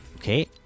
Okay